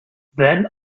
then